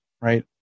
right